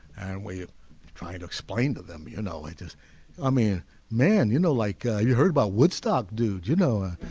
we trying to explain to them you know i just i mean man you know like ah you heard about woodstock dude you know ah